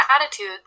attitudes